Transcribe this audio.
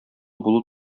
булу